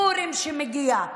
פורים שמגיע.